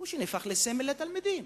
הוא שנהפך לסמל לתלמידים